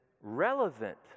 relevant